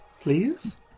Please